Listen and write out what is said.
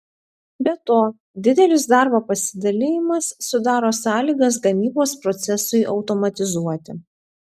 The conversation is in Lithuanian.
be to didelis darbo pasidalijimas sudaro sąlygas gamybos procesui automatizuoti